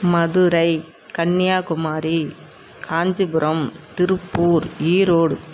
Madurai Kanyakumari Kanchipuram Tiruppur Erode